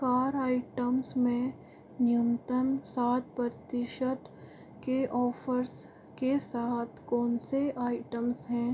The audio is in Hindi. कार आइटम्स में न्यूनतम सात प्रतिशत के ऑफ़र्स के साथ कौन से आइटम्स हैं